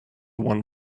one